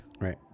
Right